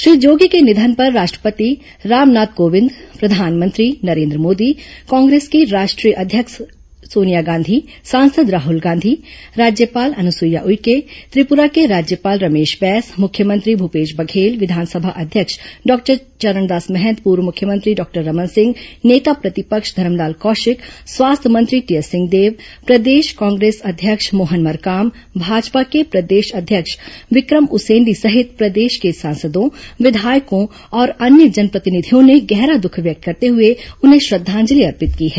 श्री जोगी के निधन पर राष्ट्र पति रामनाथ कोविंद प्रधानमंत्री नरेन्द्र मोदी कांग्रेस की राष्ट्रीय अध्यक्ष सोनिया गांधी सांसद राहुल गांधी राज्यपाल अनुसुईया उइके त्रिपुरा के राज्यपाल रमेश बैस मुख्यमंत्री भूपेश विधानसभा अध्यक्ष डॉक्टर चरणदास महंत पूर्व मुख्यमंत्री डॉक्टर रमन सिंह नेता प्रतिपक्ष धरमलाल बघेल कौशिक स्वास्थ्य मंत्री टीएस सिंहदेव प्रदेश कांग्रेस अध्यक्ष मोहन मरकाम भाजपा के प्रदेश अध्यक्ष विक्र म उसेंडी सहित प्रदेश के सांसदों विधायकों और अन्य जनप्रतिनिधियों ने गहरा दुख व्यक्त करते हुए उन्हें श्रद्वांजलि अर्पित की है